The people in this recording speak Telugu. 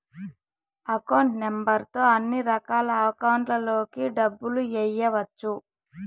అకౌంట్ నెంబర్ తో అన్నిరకాల అకౌంట్లలోకి డబ్బులు ఎయ్యవచ్చు